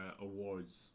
awards